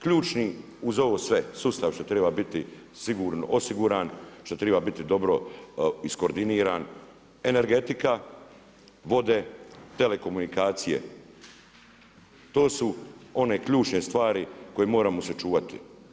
Ključni, uz ovo sve, sustav što treba biti osiguran, što treba biti dobro iskoordiniran, energetika, vode, telekomunikacije, to su one ključne stvari koje moramo se čuvati.